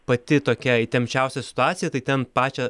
pati tokia įtempčiausia situacija tai ten pačią